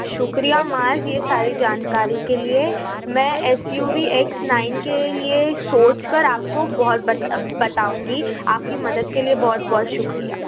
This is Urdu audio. شکریہ معاذ یہ ساری جانکاری کے لیے میں S U V X nine کے لیے سوچ کر آپ کو بہت بتاؤں گی آپ کی مدد کے لیے بہت بہت شکریہ